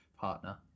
partner